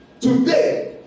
Today